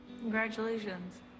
Congratulations